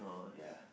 ya